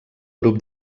grup